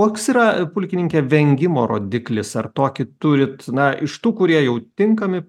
koks yra pulkininke vengimo rodiklis ar tokį turit na iš tų kurie jau tinkami